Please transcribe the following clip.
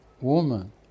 woman